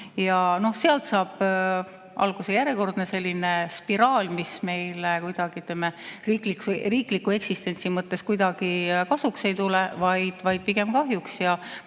Sealt saab alguse järjekordne selline spiraal, mis meile riikliku eksistentsi mõttes kuidagi kasuks ei tule, vaid pigem kahjuks.